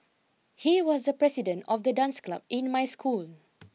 he was the president of the dance club in my school